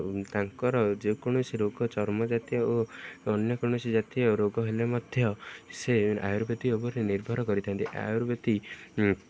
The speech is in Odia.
ତାଙ୍କର ଯେକୌଣସି ରୋଗ ଚର୍ମଜାତୀୟ ଓ ଅନ୍ୟ କୌଣସି ଜାତୀୟ ରୋଗ ହେଲେ ମଧ୍ୟ ସେ ଆୟୁର୍ବେଦିକ ଉପରେ ନିର୍ଭର କରିଥାନ୍ତି ଆୟୁର୍ବେଦିକ